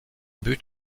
but